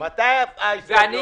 שקורה הוא